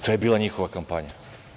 To je bila njihova kampanja.